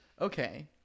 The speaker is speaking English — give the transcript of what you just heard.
Okay